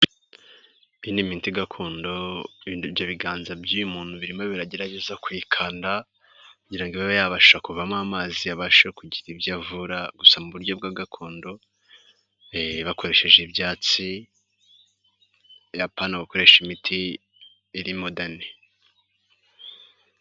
Imiti gakondo, ibiganza by'umuntu birimo biragerageza kuyivuguta kugirango ibe yabasha kuvamo umuti ibashe kugira ibyo ivura gusa mu buryo bwa gakondo bakoresheje ibyatsi igihe bavura.